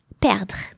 perdre